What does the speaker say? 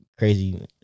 crazy